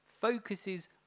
focuses